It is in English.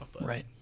Right